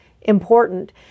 important